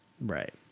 Right